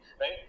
right